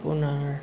আপোনাৰ